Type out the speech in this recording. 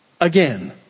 Again